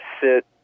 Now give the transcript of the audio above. sit